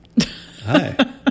Hi